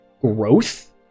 growth